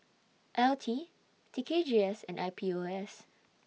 L T T K G S and I P O S